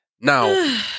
Now